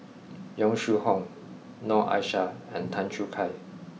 Yong Shu Hoong Noor Aishah and Tan Choo Kai